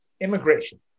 Immigration